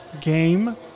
game